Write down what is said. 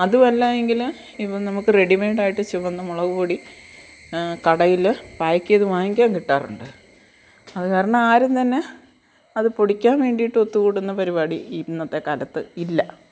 അതുവല്ലായെങ്കിൽ ഇപ്പോൾ നമുക്ക് റെഡിമെയ്ഡായിട്ട് ചുവന്ന മുളക് പൊടി കടയിൽ പായ്ക്കെ ചെയ്ത് വാങ്ങിക്കാൻ കിട്ടാറുണ്ട് അതു കാരണം ആരും തന്നെ അത് പൊടിക്കാൻ വേണ്ടീട്ടൊത്തുക്കൂടുന്ന പരിപാടി ഇന്നത്തെ കാലത്ത് ഇല്ല